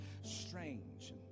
strange